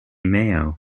mayo